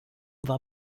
war